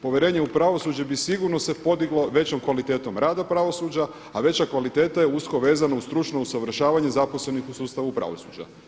Povjerenje u pravosuđe bi sigurno se podiglo većom kvalitetom rada pravosuđa, a veća kvaliteta je usko vezana uz stručno usavršavanje zaposlenih u sustavu pravosuđa.